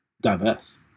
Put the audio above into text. diverse